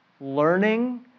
Learning